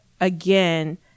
again